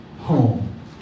home